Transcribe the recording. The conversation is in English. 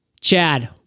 Chad